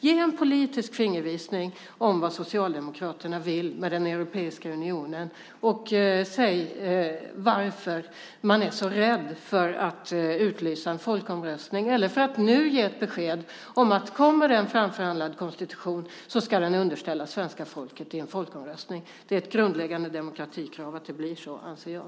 Ge en politisk fingervisning om vad Socialdemokraterna vill med den europeiska unionen och tala om varför man är så rädd för att utlysa en folkomröstning eller ge besked om att om det kommer en framförhandlad konstitution så ska den underställas svenska folket i en folkomröstning. Det är ett grundläggande demokratikrav att det blir så, anser jag.